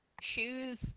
Shoes